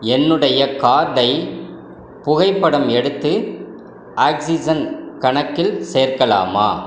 என்னுடைய கார்டை புகைப்படம் எடுத்து ஆக்ஸிஜன் கணக்கில் சேர்க்கலாமா